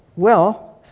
well.